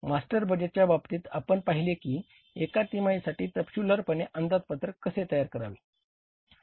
master बजेटच्या बाबतीत आपण पाहिले की एका तिमाहीसाठी तपशीलवारपणे अंदाजपत्रक कसे तयार करावे